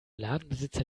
ladenbesitzer